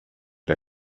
der